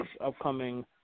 upcoming